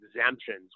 exemptions